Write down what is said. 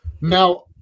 Now